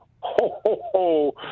ho-ho-ho